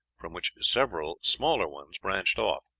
from which several smaller ones branched off.